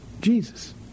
Jesus